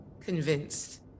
convinced